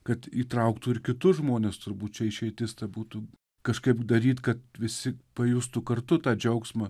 kad įtrauktų ir kitus žmones turbūt čia išeitis būtų kažkaip daryt kad visi pajustų kartu tą džiaugsmą